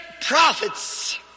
prophets